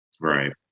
Right